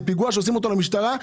זה פיגוע שעושים למשטרה,